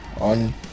on